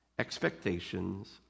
Expectations